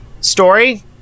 story